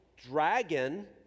dragon